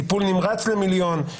טיפול נמרץ למיליון,